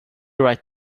right